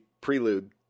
prelude